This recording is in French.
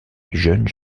jeunes